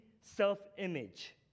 self-image